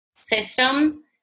system